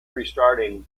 restarting